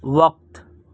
وقت